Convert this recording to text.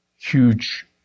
huge